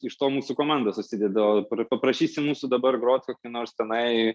iš to mūsų komanda susideda o paprašysi mūsų dabar groti kokiu nors tenai